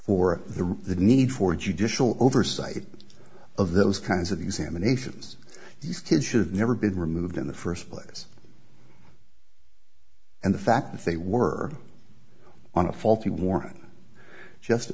for the the need for judicial oversight of those kinds of examinations these kids should have never been removed in the first place and the fact that they were on a faulty warrant just